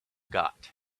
got